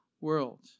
world